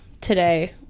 today